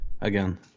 again